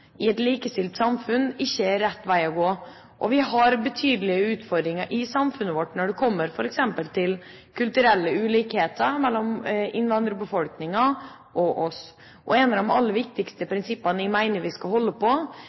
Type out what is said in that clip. i et likestilt samfunn ikke er rett vei å gå. Vi har betydelige utfordringer i samfunnet vårt når det gjelder f.eks. kulturelle ulikheter mellom innvandrerbefolkningen og oss. Et av de aller viktigste prinsippene jeg mener vi skal holde på,